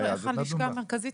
חשוב שהלשכה המרכזית